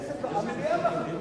המליאה מחליטה.